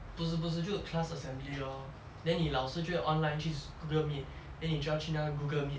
不是不是就是 class assembly lor then 你老师就会 online 去 Google meet then 你就要去那个 Google meet